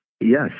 Yes